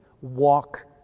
walk